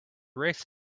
race